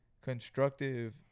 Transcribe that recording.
constructive